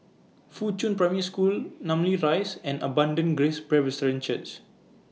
Fuchun Primary School Namly Rise and Abundant Grace Presbyterian Church